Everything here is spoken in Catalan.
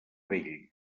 vell